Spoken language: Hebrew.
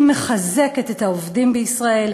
היא מחזקת את העובדים בישראל,